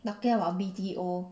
talking about B_T_O